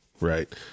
right